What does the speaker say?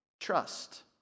trust